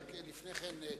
לפני כן,